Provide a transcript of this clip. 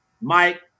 Mike